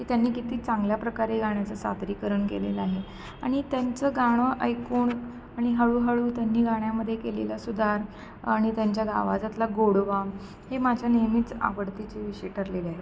की त्यांनी किती चांगल्या प्रकारे गाण्याचं सादरीकरण केलेलं आहे आणि त्यांचं गाणं ऐकून आणि हळूहळू त्यांनी गाण्यामध्ये केलेला सुधार आणि त्यांच्या गावाजातला गोडवा हे माझ्या नेहमीच आवडतीचे विषय ठरलेले आहे